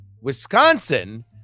Wisconsin